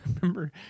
remember